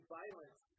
violence